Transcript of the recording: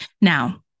Now